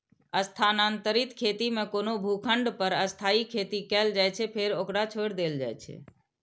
स्थानांतरित खेती मे कोनो भूखंड पर अस्थायी खेती कैल जाइ छै, फेर ओकरा छोड़ि देल जाइ छै